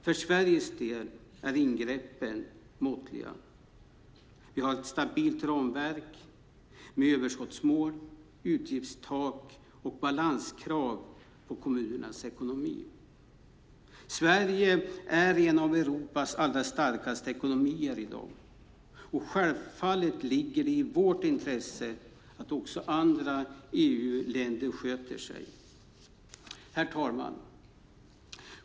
För Sveriges del är ingreppen måttliga; vi har ett stabilt ramverk med överskottsmål, utgiftstak och balanskrav på kommunernas ekonomi. Sverige är en av Europas allra starkaste ekonomier i dag, och självklart ligger det i vårt intresse att också andra EU-länder sköter sig. Herr talman!